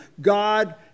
God